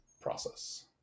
process